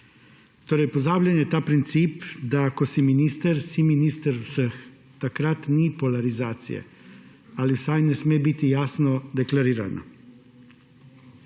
Pozabljen je torej princip, da ko si minister, si minister vseh, takrat ni polarizacije ali vsaj ne sme biti jasno deklarirana.